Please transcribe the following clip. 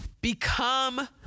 become